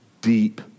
deep